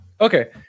Okay